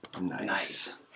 Nice